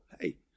Hey